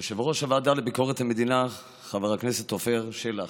יושב-ראש הוועדה לביקורת המדינה חבר הכנסת עפר שלח,